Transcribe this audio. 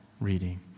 reading